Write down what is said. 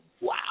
wow